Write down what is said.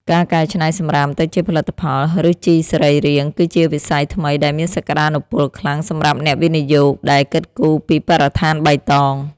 ការកែច្នៃសំរាមទៅជាផលិតផល ឬជីសរីរាង្គគឺជាវិស័យថ្មីដែលមានសក្តានុពលខ្លាំងសម្រាប់អ្នកវិនិយោគដែលគិតគូរពីបរិស្ថានបៃតង។